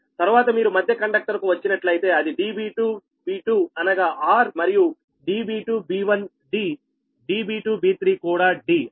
తరువాత మీరు మధ్య కండక్టర్కు వచ్చినట్లయితే అది db2b2 అనగా r మరియు db2b1 d db2b3 కూడా d